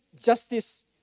justice